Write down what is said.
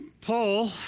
Paul